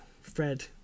Fred